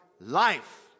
life